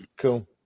cool